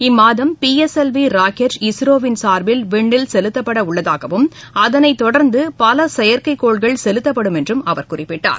இம்மாதம் PSLV rocket இஸ்ரோவின் சார்பில் விண்ணில் செலுத்தப்பட உள்ளதாகவும் அதனைத் தொடர்ந்து பல செயற்கைக்கோள்கள் செலுத்தப்படும் என்றும் அவர் குறிப்பிட்டார்